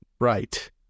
Right